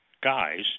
Guys